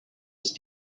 ist